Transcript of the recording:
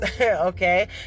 okay